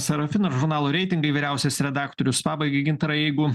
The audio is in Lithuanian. sarafinas žurnalo reitingai vyriausias redaktorius pabaigai gintarai jeigu